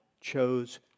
chose